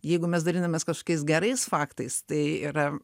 jeigu mes dalinamės kažkokiais gerais faktais tai yra